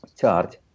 charge